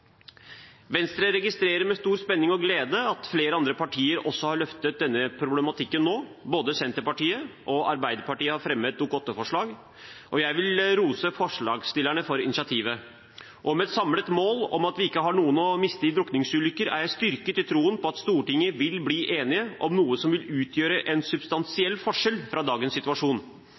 Venstre registrerer med stor spenning og glede at flere andre partier også har løftet denne problematikken nå, både Senterpartiet og Arbeiderpartiet har fremmet Dokument 8-forslag, og jeg vil rose forslagsstillerne for initiativet. Og med et samlet mål om at vi ikke har noen å miste i drukningsulykker, er jeg styrket i troen på at Stortinget vil bli enig om noe som vil utgjøre en substansiell forskjell fra dagens situasjon.